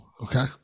Okay